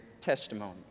testimony